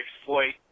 exploit